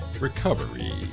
recovery